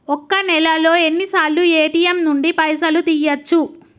ఒక్క నెలలో ఎన్నిసార్లు ఏ.టి.ఎమ్ నుండి పైసలు తీయచ్చు?